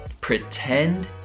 pretend